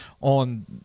on